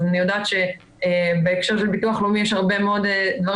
אז אני יודעת שבהקשר של ביטוח לאומי יש הרבה מאוד דברים